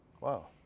Wow